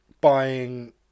buying